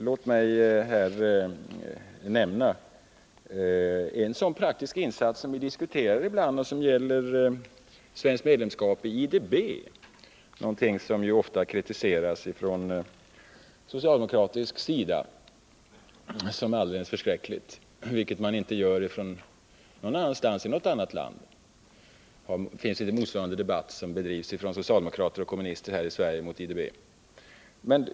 Låt mig här nämna en sådan praktisk insats som ibland diskuteras. Det gäller frågan om svenskt medlemskap i IDB, något som ofta kritiseras från socialdemokratisk sida — motsvarande kritik som den som förekommer från socialdemokratiskt och kommunistiskt håll här i landet förekommer inte i något annat land.